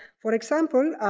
for example,